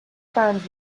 friends